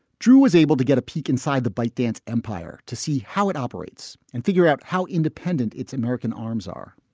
drew was able to get a peek inside the bike dance empire to see how it operates and figure out how independent its american arms are.